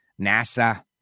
nasa